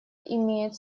имеет